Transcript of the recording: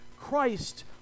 Christ